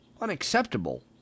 unacceptable